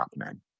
happening